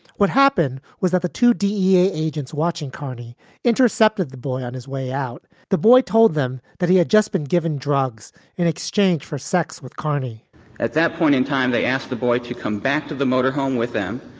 what happened was that the two dea agents watching karney intercepted the boy on his way out. the boy told them that he had just been given drugs in exchange for sex with carney at that point in time, they asked the boy to come back to the motor home with them.